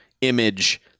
image